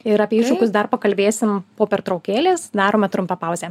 ir apie iššūkius dar pakalbėsim po pertraukėlės darome trumpą pauzę